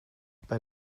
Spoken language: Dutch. bij